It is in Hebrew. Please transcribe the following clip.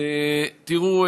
תראו,